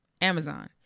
Amazon